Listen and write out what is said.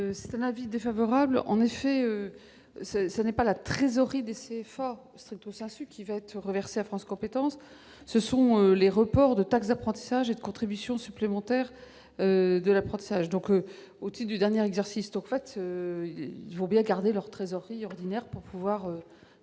cet amendement. En effet, ce n'est pas la trésorerie des CFA qui va être reversée à France compétences : ce sont les reports de taxe d'apprentissage et de contribution supplémentaire de l'apprentissage au titre du dernier exercice. Les CFA vont donc bien garder leur trésorerie ordinaire pour pouvoir